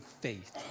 faith